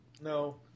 No